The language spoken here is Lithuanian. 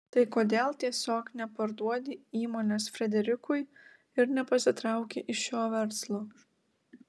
tai kodėl tiesiog neparduodi įmonės frederikui ir nepasitrauki iš šio verslo